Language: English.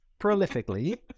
prolifically